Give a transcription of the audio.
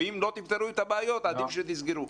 ואם לא תפתרו את הבעיות עדיף שתסגרו.